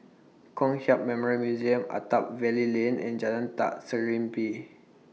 Kong Hiap Memorial Museum Attap Valley Lane and Jalan Ta Serimpi